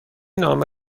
نامه